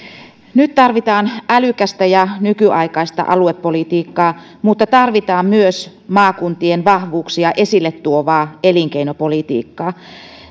nyt tarvitaan älykästä ja nykyaikaista aluepolitiikkaa mutta tarvitaan myös maakuntien vahvuuksia esille tuovaa elinkeinopolitiikkaa